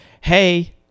hey